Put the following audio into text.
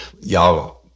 Y'all